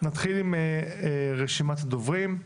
נתחיל עם רשימת הדוברים.